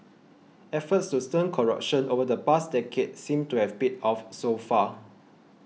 efforts to stem corruption over the past decade seem to have paid off so far